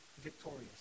victorious